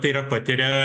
tai yra patiria